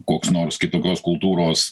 koks nors kitokios kultūros